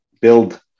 build